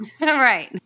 Right